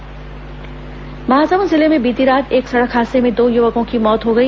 दुर्घटना महासमुंद जिले में बीती रात एक सड़क हादसे में दो युवकों की मौत हो गई